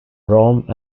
rome